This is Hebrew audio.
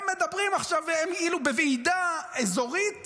הם מדברים עכשיו כאילו הם בוועידה אזורית